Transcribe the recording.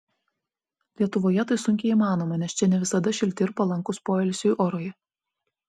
lietuvoje tai sunkiai įmanoma nes čia ne visada šilti ir palankūs poilsiui orai